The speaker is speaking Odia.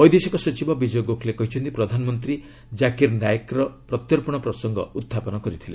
ବୈଦେଶିକ ସଚିବ ବିଜୟ ଗୋଖଲେ କହିଛନ୍ତି ପ୍ରଧାନମନ୍ତ୍ରୀ ଜାକିର୍ ନାଏକଙ୍କ ପ୍ରତ୍ୟର୍ପଣ ପ୍ରସଙ୍ଗ ଉହ୍ଚାପନ କରିଥିଲେ